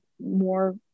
more